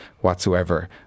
whatsoever